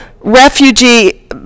refugee